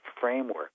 framework